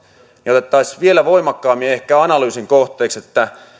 niin otettaisiin vielä voimakkaammin ehkä analyysin kohteeksi